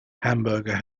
hamburger